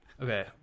Okay